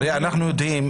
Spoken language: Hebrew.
הרי אנחנו יודעים,